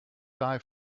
die